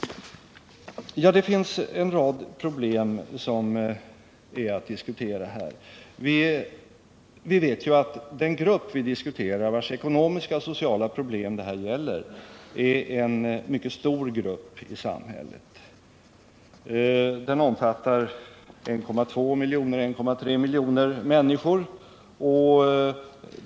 Det finns en rad problem att här ta upp. Vi vet ju att den grupp som vi nu diskuterar och vars ekonomiska och sociala problem det gäller är en mycket stor grupp i samhället. Den omfattar 1,3 miljoner människor.